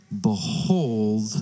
behold